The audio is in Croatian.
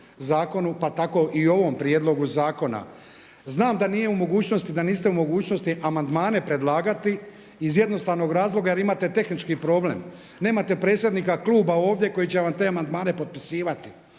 zakonu pa tako i ovom prijedlogu zakona. Znam da nije u mogućnosti, da niste u mogućnosti amandmane predlagati iz jednostavnog razloga jer imate tehnički problem. Nemate predsjednika kluba ovdje koji će vam te amandmane potpisivati,